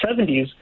70s